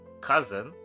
cousin